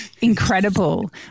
incredible